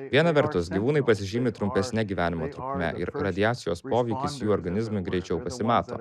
viena vertus gyvūnai pasižymi trumpesne gyvenimo trukme ir radiacijos poveikis jų organizmui greičiau pasimato